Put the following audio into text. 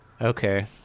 Okay